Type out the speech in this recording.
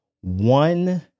one